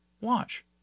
Watch